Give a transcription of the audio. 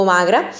Magra